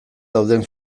dauden